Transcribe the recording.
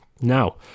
Now